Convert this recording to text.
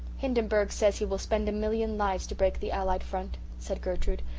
hindenburg says he will spend a million lives to break the allied front said gertrude.